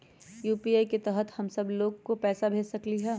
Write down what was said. UPI के तहद हम सब लोग को पैसा भेज सकली ह?